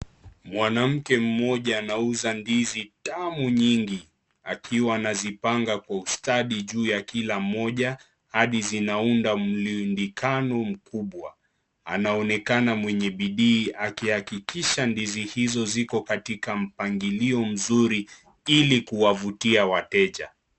Mwanamke mmoja anauza ndizi tamu nyingi akiwa anazipanga kwa ustadi juu ya kila moja hadi zinaunda mlundikano mkubwa . Anaonekana mwenye bidii akihakikisha ndizi hizo ziko katika mpangilio mzuri ili kuwavutia wateja.